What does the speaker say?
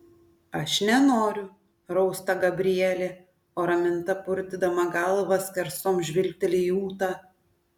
aš nenoriu rausta gabrielė o raminta purtydama galvą skersom žvilgteli į ūtą